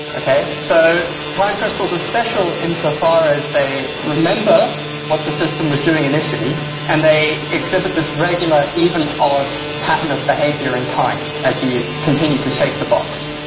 so time crystals are special insofar as they remember what the system was doing initially and they exhibit this regular even odd pattern of behaviour in time as you continue to shake the box.